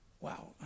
wow